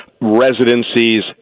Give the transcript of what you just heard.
residencies